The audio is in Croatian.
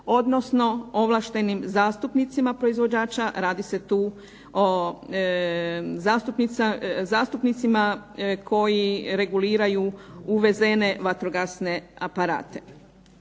odnosno ovlaštenim zastupnicima proizvođača radi se tu o zastupnicima koji reguliraju uvezene vatrogasne aparate.